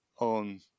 on